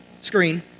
screen